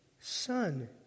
son